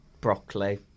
broccoli